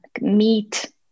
meat